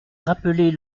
rappeler